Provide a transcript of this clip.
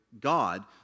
God